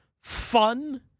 fun